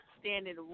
standing